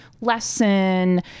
lesson